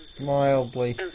mildly